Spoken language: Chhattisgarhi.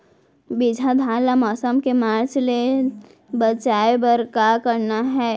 बिजहा धान ला मौसम के मार्च ले बचाए बर का करना है?